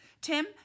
Tim